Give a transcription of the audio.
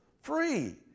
free